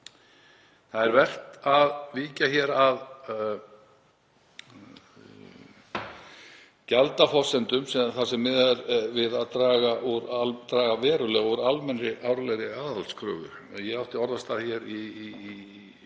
Það er vert að víkja að gjaldaforsendum þar sem miðað er við að draga verulega úr almennri árlegri aðhaldskröfu. Ég átti orðastað um það